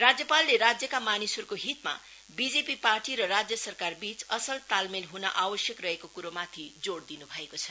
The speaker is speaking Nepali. राज्यपालले राज्यका मानिसहरुको हितमा बीजेपी पार्टी र राज्य सरकारबीच असल तालमेल हुनु आवश्यक रहेको कुरोमाथि जोड़ दिनु भएको छ